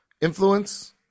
influence